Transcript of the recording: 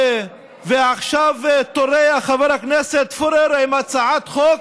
ועכשיו טורח חבר הכנסת פורר עם הצעת חוק